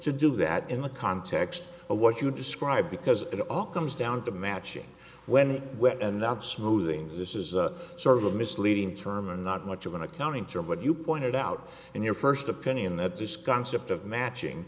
to do that in the context of what you describe because it all comes down to matching when wet and not smoothing this is sort of a misleading term and not much of an accounting term but you pointed out in your first opinion that this concept of matching